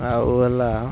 ଆଉ ହେଲା